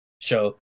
show